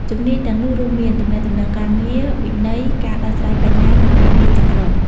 ជំនាញទាំងនោះរួមមាន ទំនាក់ទំនងការងារ វិន័យ ការដោះស្រាយបញ្ហា និងការងារជាក្រុម។